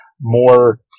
more